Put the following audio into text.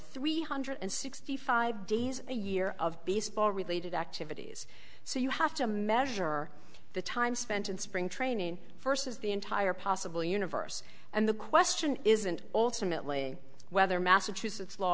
three hundred sixty five days a year of baseball related activities so you have to measure the time spent in spring training versus the entire possible universe and the question isn't alternately whether massachusetts law